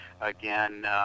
again